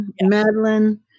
Madeline